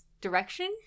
direction